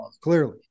Clearly